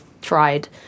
tried